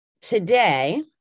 today